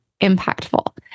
impactful